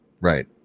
Right